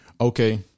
Okay